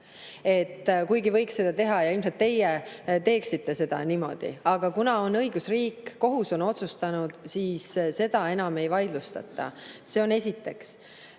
kuigi võiks seda teha, ilmselt teie teeksite niimoodi. Aga kuna on õigusriik, kohus on otsustanud, siis seda enam ei vaidlustata. See on esiteks.